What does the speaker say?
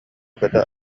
көтө